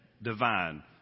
divine